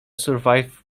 survived